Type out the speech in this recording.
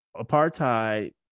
apartheid